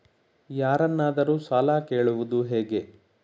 ಯಾರನ್ನಾದರೂ ಸಾಲ ಕೇಳುವುದು ಹೇಗೆ?